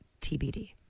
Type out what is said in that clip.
TBD